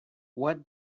what